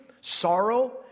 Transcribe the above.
sorrow